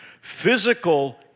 Physical